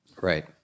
Right